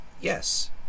Yes